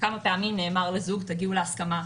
כמה פעמים נאמר לזוג להגיע להסכמה,